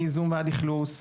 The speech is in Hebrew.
מייזום ועד אכלוס,